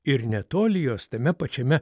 ir netoli jos tame pačiame